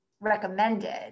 recommended